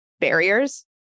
barriers